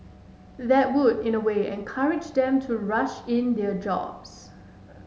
that would in a way encourage them to rush in their jobs